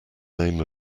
name